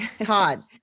Todd